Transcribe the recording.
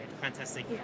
Fantastic